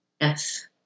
Yes